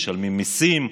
משלמים מיסים,